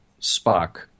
Spock